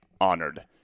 honored